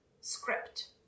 script